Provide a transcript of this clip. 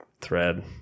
thread